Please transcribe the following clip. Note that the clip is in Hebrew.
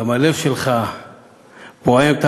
וגם הלב שלך פועם שם,